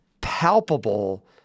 palpable